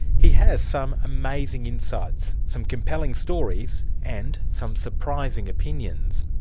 he has some amazing insights, some compelling stories and some surprising opinions.